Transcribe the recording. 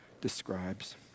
describes